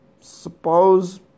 suppose